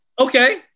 Okay